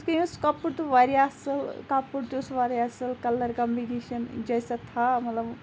ہُتھکنۍ اوس کَپُر تہِ واریاہ اَصل کَپُر تہِ اوس واریاہ اَصل کَلَر کَمبِنیشَن جیسا تھا مَطلَب